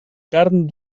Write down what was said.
carn